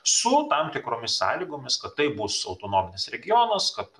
su tam tikromis sąlygomis kad tai bus autonominis regionas kad